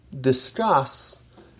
discuss